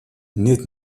нет